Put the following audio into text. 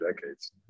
decades